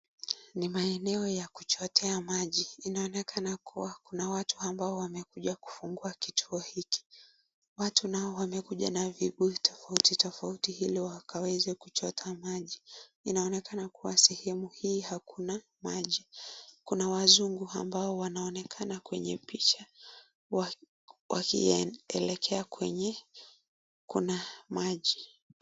Ni maeno ya kuchotea maji, kunaonekana kuwa kuna watu wamekuja kufungua kituo hicho. Watu nayo wamekuja vitu tafauti tafauti ili wakawese kutumia kujita maji, inaonekana kuwa sehemu hii hakuna maji. Kuna wazungu wanaonekana kwenye picha wakiekekea kwenye Kuna maji.